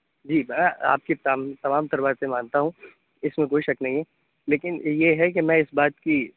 جی آپ کے تمام تر باتیں مانتا ہوں اِس میں کوئی شک نہیں ہے لیکن یہ ہے کہ میں اِس بات کی